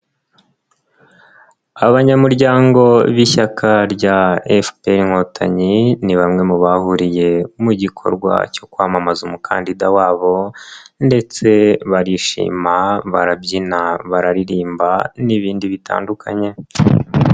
Abanyamuryango b'ishyaka rya FPR Inkotanyi ni bamwe mu bahuriye mu gikorwa cyo kwamamaza umukandida wabo ndetse barishima, barabyina bararirimba n'ibindi bitandukanye.